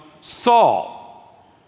Saul